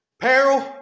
peril